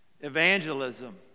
Evangelism